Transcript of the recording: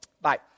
Bye